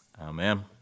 Amen